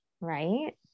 Right